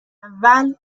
اول